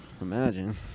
imagine